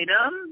item